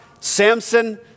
Samson